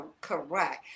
correct